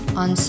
on